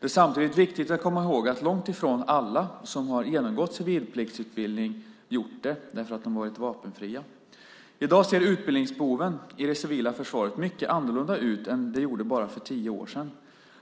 Det är samtidigt viktigt att komma ihåg att långt ifrån alla som har genomgått civilpliktsutbildning har gjort det därför att de varit vapenfria. I dag ser utbildningsbehoven i det civila försvaret mycket annorlunda ut än de gjorde för bara tio år sedan.